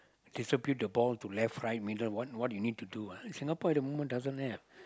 distribute the ball to left right middle what what you need to do ah Singapore at the moment doesn't have